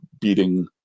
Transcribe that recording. beating